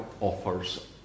offers